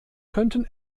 könnten